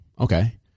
okay